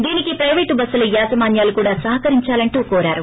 దీనికి పైపేటు బస్సుల యాజమాన్యాలు కూడా సహకరించాలని కోరారు